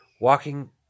Walking